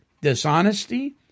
dishonesty